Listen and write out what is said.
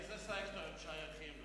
לאיזה סקטור הם שייכים,